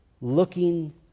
looking